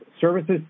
services